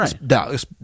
right